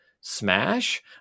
smash